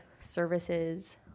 services